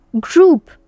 group